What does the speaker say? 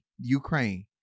ukraine